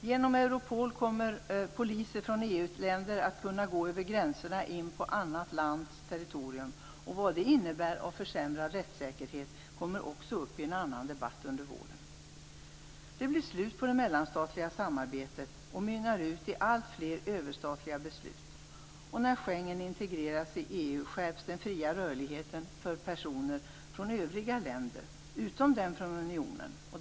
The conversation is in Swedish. Genom Europol kommer poliser från EU-länderna att kunna gå över gränserna in på ett annat lands territorium. Vad det innebär av försämrad rättssäkerhet kommer upp i en annan debatt under våren. Det blir slut på det mellanstatliga samarbetet och det mynnar ut i alltfler överstatliga beslut. När Schengen integreras i EU skärps den fria rörligheten för personer från övriga länder än länderna inom unionen.